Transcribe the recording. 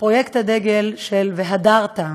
פרויקט הדגל של "והדרת",